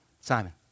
Simon